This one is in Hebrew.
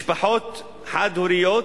משפחות חד-הוריות,